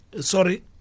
Sorry